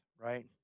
right